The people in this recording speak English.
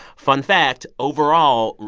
fun fact overall,